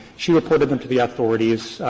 she reported them to the authorities.